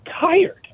tired